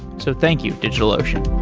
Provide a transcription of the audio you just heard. so thank you, digitalocean